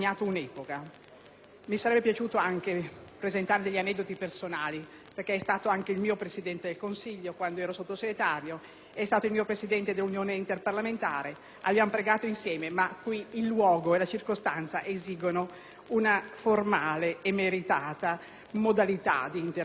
Mi sarebbe piaciuto anche narrarvi alcuni aneddoti personali, perché Andreotti è stato il mio Presidente del Consiglio quando ero Sottosegretario, il mio Presidente all'Unione interparlamentare e abbiamo anche pregato insieme, ma il luogo e la circostanza esigono una formale e meritata modalità di intervento. Perciò,